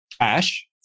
cash